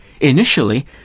Initially